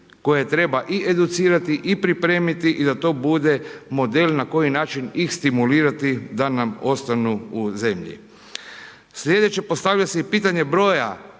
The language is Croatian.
koje treba i educirati i pripremiti i da to bude model na koji način ih stimulirati da nam ostanu u zemlji. Slijedeće, postavlja se i pitanje broja